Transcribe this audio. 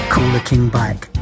CoolerKingBike